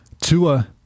Tua